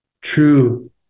True